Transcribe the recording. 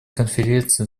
конференции